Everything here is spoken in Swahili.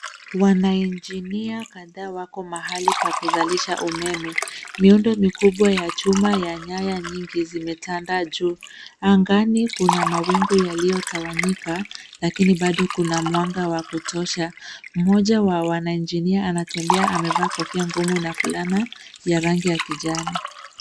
Wanainjinia kadhaa wako mahali pa kuzalisha umeme. Miundo mikubwa ya chuma ya nyaya nyingi zimetandaa juu. Angani kuna mawingu yaliyotawanyika lakini baado kuna mwanga wa kutosha. Mmoja wa wanainjinia anatembea, amevaa kofia ngumu na fulana ya rangi ya kijani.